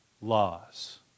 laws